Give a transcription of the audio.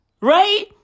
Right